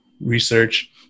research